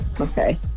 Okay